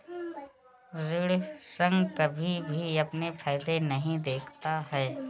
ऋण संघ कभी भी अपने फायदे नहीं देखता है